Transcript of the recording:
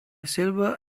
silver